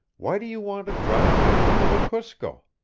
why do you want to drive me from the wekusko?